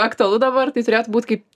aktualu dabar tai turėtų būt kaip